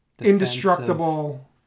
indestructible